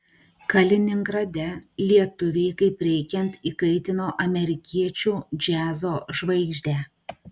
kaliningrade lietuviai kaip reikiant įkaitino amerikiečių džiazo žvaigždę